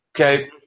Okay